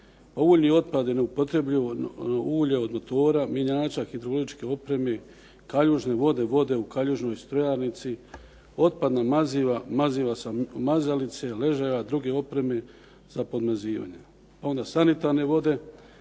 … otpadi, neupotrebljivo ulje od motora, mjenjača, hidrauličke opreme, kaljužne vode, vode u kaljužnoj strojarnici, otpadna maziva, maziva sa mazalice ležaja druge opreme za podmazivanje. Pa onda sanitarne vode,